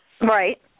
Right